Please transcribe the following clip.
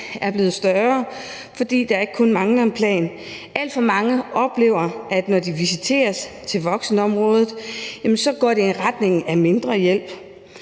er blevet større, fordi der ikke kun mangler en plan; alt for mange oplever, når de visiteres til voksenområdet, at det går i retning af mindre hjælp.